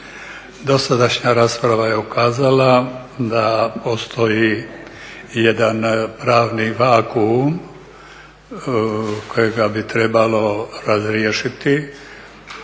Dosadašnja rasprava je ukazala da postoji jedan pravni vakuum kojega bi trebalo razriješiti